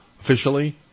officially